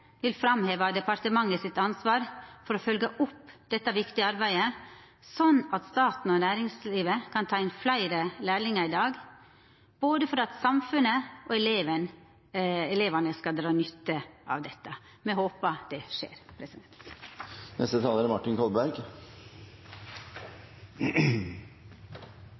vil framheva departementet sitt ansvar for å følgja opp dette viktige arbeidet, slik at staten og næringslivet kan ta inn fleire lærlingar enn i dag, for at både samfunnet og elevane skal dra nytte av det. Me håpar at det skjer. Jeg viser nå til representanten Eldegards innlegg, som er